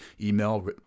email